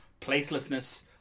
placelessness